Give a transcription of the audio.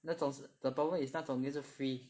那种是 the problem is 那种又是 free